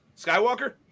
skywalker